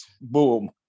boom